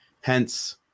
Hence